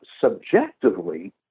subjectively